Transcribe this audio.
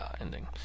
ending